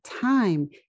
time